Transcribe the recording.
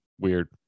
weird